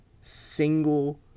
single